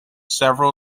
several